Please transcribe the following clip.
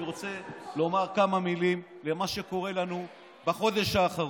אני רוצה לומר כמה מילים על מה שקורה לנו בחודש האחרון.